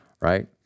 right